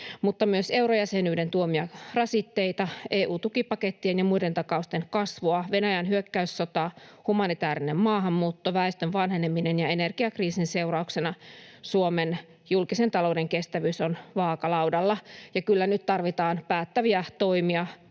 mutta myös eurojäsenyyden tuomia rasitteita, EU-tukipakettien ja muiden takausten kasvua, Venäjän hyökkäyssota, humanitäärinen maahanmuutto, väestön vanheneminen ja energiakriisi, ja näiden seurauksena Suomen julkisen talouden kestävyys on vaakalaudalla. Kyllä nyt tarvitaan päättäväisiä toimia